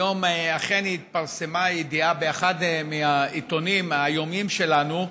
היום אכן התפרסמה ידיעה באחד העיתונים היומיים שלנו,